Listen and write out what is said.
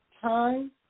Time